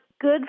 good